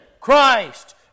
Christ